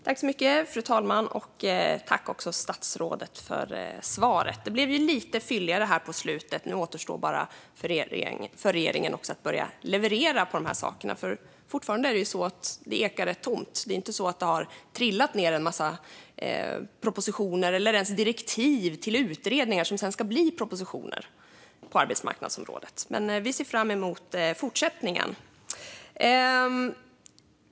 Fru talman! Tack, statsrådet, för svaret! Det blev lite fylligare på slutet. Nu återstår det bara för regeringen att börja leverera i fråga om dessa saker, för fortfarande ekar det rätt tomt. Det har inte trillat ned en massa propositioner eller ens direktiv till utredningar som sedan ska bli propositioner på arbetsmarknadsområdet. Men vi ser fram emot fortsättningen.